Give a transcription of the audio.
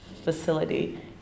facility